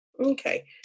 okay